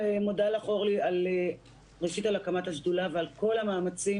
לך, אורלי, ראשית, על הקמת השדולה ועל כל המאמצים